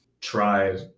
tried